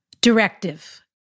directive